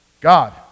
God